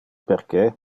perque